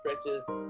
stretches